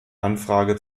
anfrage